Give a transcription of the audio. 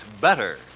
better